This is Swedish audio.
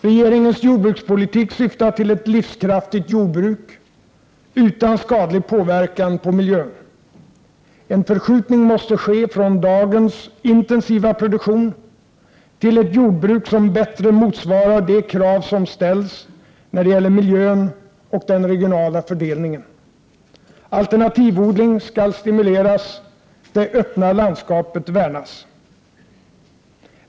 Regeringens jordbrukspolitik syftar till ett livskraftigt jordbruk utan skadlig påverkan på miljön. En förskjutning måste ske från dagens intensiva produktion till ett jordbruk som bättre motsvarar de krav som ställs när det gäller miljön och den regionala fördelningen. Alternativodling skall stimuleras. Det öppna landskapet värnas.